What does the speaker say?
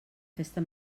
festa